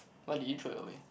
why did you throw it away